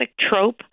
trope